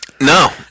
No